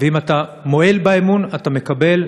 ואם אתה מועל באמון אתה מקבל,